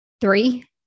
Three